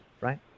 right